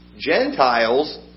Gentiles